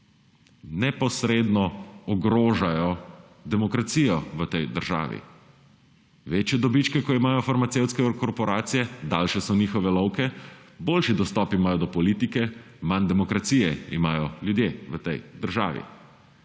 Neposredno ogrožajo demokracijo v tej državi. Večje dobičke ko imajo farmacevtske korporacije, daljše so njihove lovke, boljši dostop imajo do politike, manj demokracije imajo ljudje v tej državi